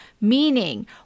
Meaning